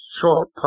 short